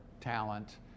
talent